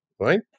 Right